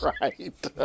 right